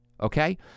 okay